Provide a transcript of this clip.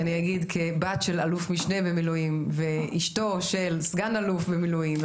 כבת של אלוף משנה במילואים ואשתו של סגן אלוף במילואים,